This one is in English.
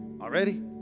Already